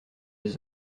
des